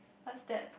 what's that